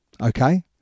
Okay